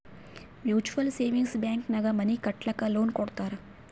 mutual savings bank ನಾಗ್ money ಕಟ್ಟಲಕ್ಕ್ loan ಕೊಡ್ತಾರ್